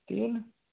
तीन